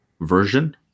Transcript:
version